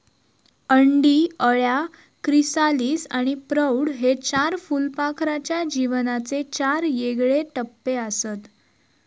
अंडी, अळ्या, क्रिसालिस आणि प्रौढ हे चार फुलपाखराच्या जीवनाचे चार येगळे टप्पेआसत